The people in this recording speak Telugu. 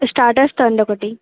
స్టాటస్ తేవండి ఒకటి